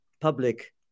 public